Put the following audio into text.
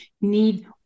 need